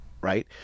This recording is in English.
right